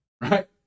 right